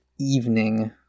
evening